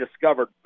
discovered